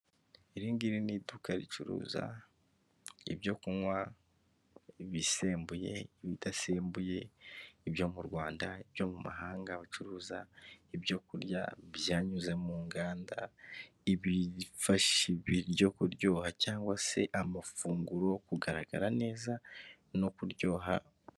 Iringiri ni iduka ricuruza ibyo kunywa bisembuye, ibidasembuye, ibyo mu Rwanda, ibyo mu mahanga, bacuruza ibyo kurya byanyuze mu nganda, ibifasha ibiryo kuryoha cyangwa se amafunguro kugaragara neza no kuryoha.